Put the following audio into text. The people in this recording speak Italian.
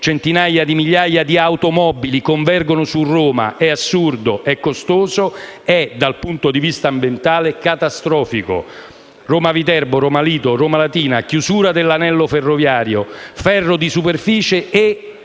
centinaia di migliaia di automobili convergono su Roma: è assurdo, è sbagliato, è costoso, è, dal punto di vista ambientale, catastrofico. Linee Roma-Viterbo, Roma-Lido, Roma-Latina; e chiusura dell'anello ferroviario; ferro di superficie e/o